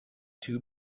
too